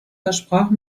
versprach